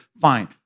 Fine